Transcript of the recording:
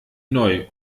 neu